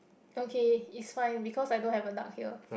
okay it's fine because I don't have a duck here